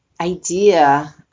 idea